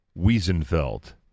Wiesenfeld